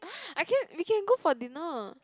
I can we can go for dinner